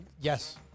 Yes